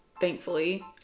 thankfully